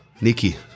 Nikki